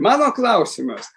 mano klausimas